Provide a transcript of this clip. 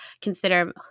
consider